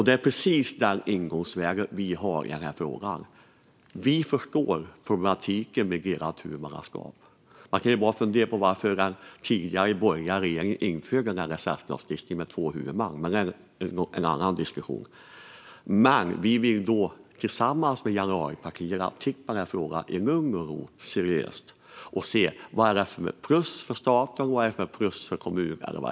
Det är precis det ingångsvärdet vi har i denna fråga. Vi förstår problematiken med delat huvudmannaskap. Man kan fundera på varför den tidigare borgerliga regeringen införde en LSS-lagstiftning med två huvudmän, men det är en annan diskussion. Vi vill tillsammans med januaripartierna titta på den här frågan i lugn och ro - seriöst - och se vad som är plus för staten och vad som är plus för kommunerna.